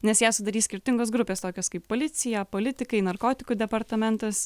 nes ją sudarys skirtingos grupės tokios kaip policija politikai narkotikų departamentas